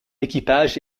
équipage